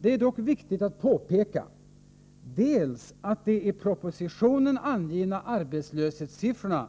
Det är dock viktigt att påpeka dels att de i propositionen angivna arbetslöshetssiffrorna